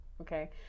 Okay